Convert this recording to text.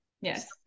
Yes